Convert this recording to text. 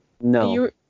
No